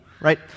right